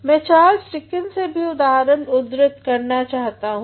मैं Charles Dickens से भी उदाहरण उद्धृत कर सकता हूँ